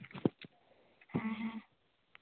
ᱦᱮᱸ ᱦᱮᱸ